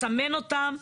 ולסמן אותם,